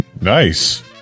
Nice